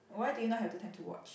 why do you not have the time to watch